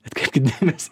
atkreipkit dėmesį